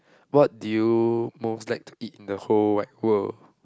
what do you most like to eat in the whole wide world